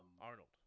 Arnold